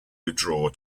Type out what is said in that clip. withdraw